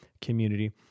community